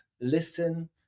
listen